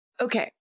Okay